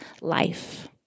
life